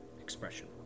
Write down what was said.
expression